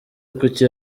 kuki